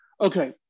okay